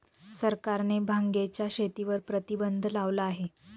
सरकारने भांगेच्या शेतीवर प्रतिबंध लावला आहे